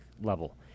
level